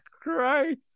christ